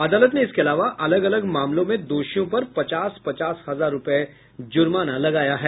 अदालत ने इसके अलावा अलग अलग मामलों में दोषियों पर पचास पचास हजार रूपये जुर्माना लगाया है